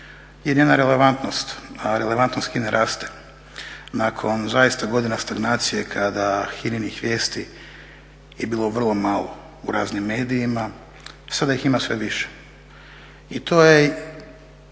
je njena relevantnost. A relevantnost HINA-e raste nakon zaista godina stagnacije kada HINA-inih vijesti je bilo vrlo malo u raznim medijima, sada ih ima sve više. I to je,